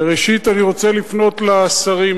ראשית, אני רוצה לפנות לשרים.